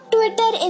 Twitter